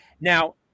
Now